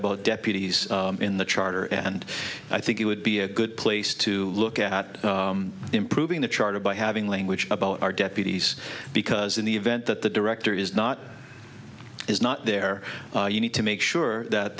about deputies in the charter and i think it would be a good place to look at improving the charter by having language about our deputies because in the event that the director is not is not there you need to make sure that